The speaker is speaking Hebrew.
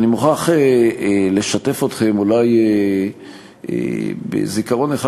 אני מוכרח לשתף אתכם אולי בזיכרון אחד